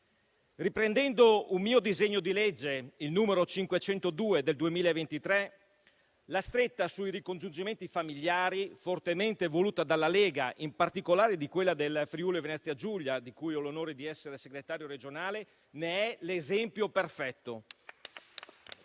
Riprendendo un mio disegno di legge, il n. 502 del 2023, la stretta sui ricongiungimenti familiari, fortemente voluta dalla Lega, in particolare di quella del Friuli Venezia Giulia, di cui ho l'onore di essere segretario regionale, ne è l'esempio perfetto.